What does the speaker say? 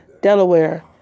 Delaware